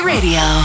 Radio